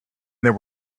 there